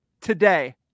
today